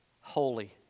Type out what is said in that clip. holy